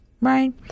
right